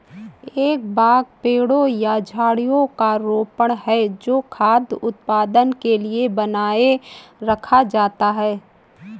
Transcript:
एक बाग पेड़ों या झाड़ियों का रोपण है जो खाद्य उत्पादन के लिए बनाए रखा जाता है